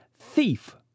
thief